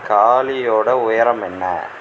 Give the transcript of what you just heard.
காளியோட உயரம் என்ன